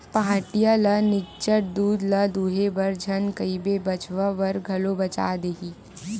पहाटिया ल निच्चट दूद ल दूहे बर झन कहिबे बछवा बर घलो बचा देही